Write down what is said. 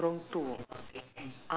the chinese way